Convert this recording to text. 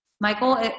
Michael